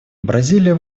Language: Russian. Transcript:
бразилия